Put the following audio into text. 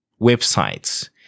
websites